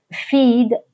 feed